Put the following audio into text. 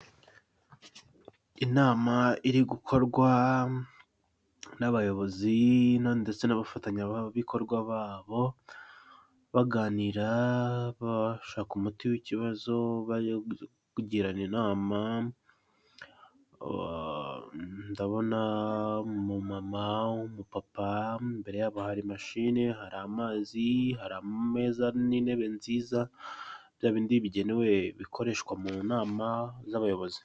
Inama iri gukorwa n'abayobozi ndetse n'abafatanyabikorwa babo, baganira bashaka umuti w'ikibazo bari kugirana inama, ndabona umumama, umupapa, imbere yabo hari mashine, hari amazi hari ameza n'intebe nziza, bya bindi bigenewe bikoreshwa mu nama z'abayobozi.